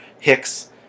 Hicks